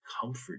Comfort